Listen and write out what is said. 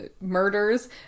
murders